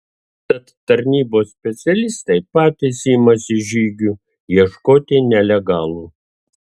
tad tarnybos specialistai patys imasi žygių ieškoti nelegalų